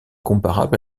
comparable